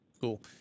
Cool